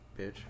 bitch